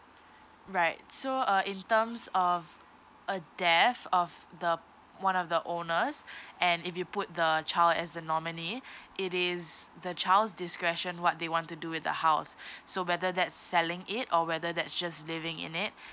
right so uh in terms of uh death of the one of the owners and if you put the child as a nominee it is the child's discretion what they want to do with the house so whether that's selling it or whether that's just living in it